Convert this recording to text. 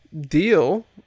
deal